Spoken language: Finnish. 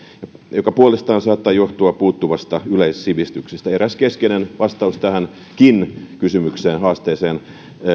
joka puolestaan saattaa johtua puuttuvasta yleissivistyksestä eräs keskeinen vastaus tähänkin kysymykseen ja haasteeseen